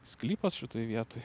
sklypas šitoj vietoj